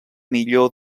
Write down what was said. millor